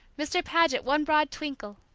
mr. paget one broad twinkle,